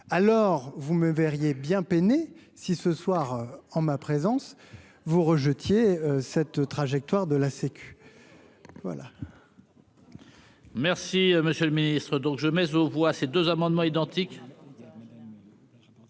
alors vous me verriez bien peiné si ce soir en ma présence vous rejette cette trajectoire de la Sécu. Voilà. Merci, monsieur le Ministre, donc je mais ou vois ces deux amendements identiques.